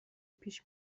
پیش